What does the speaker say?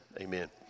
Amen